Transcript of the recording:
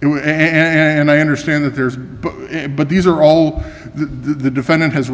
it would and i understand that there's but these are all the defendant has